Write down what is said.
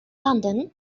london